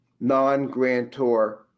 non-grantor